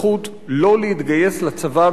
את לא יכולה להפריע לו.